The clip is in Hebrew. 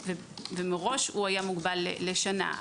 מראש הוא היה מוגבל לשנה.